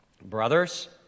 Brothers